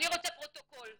אני רוצה פרוטוקול.